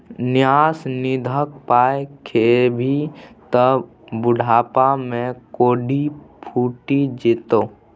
न्यास निधिक पाय खेभी त बुढ़ापामे कोढ़ि फुटि जेतौ